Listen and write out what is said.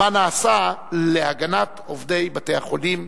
3. מה נעשה להגנת עובדי בתי-חולים?